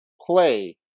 play